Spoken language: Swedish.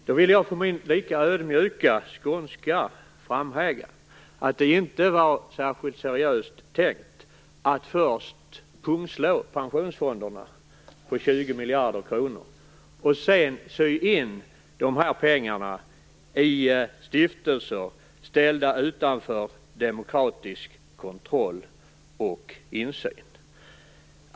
Fru talman! Då vill jag på min lika ödmjuka skånska framhäva att det inte var särskilt seriöst tänkt att först pungslå pensionsfonderna på 20 miljarder kronor och sedan sy in dessa pengar i stiftelser som var ställda utanför demokratisk kontroll och insyn.